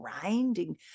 grinding